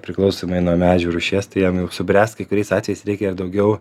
priklausomai nuo medžio rūšies tai jam jog subręst kai kuriais atvejais reikia daugiau